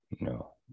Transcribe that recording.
No